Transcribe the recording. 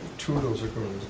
two of those ago,